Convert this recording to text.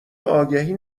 آگهی